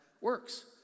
works